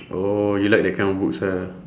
oh you like that kind of books ah